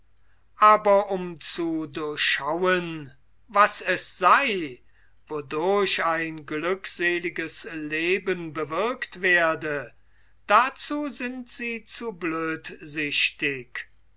aber um zu durchschauen was es sei wodurch ein glückseliges leben bewirkt werde dazu sind sie zu